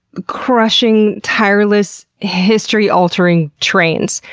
crushing, tireless, history altering trains.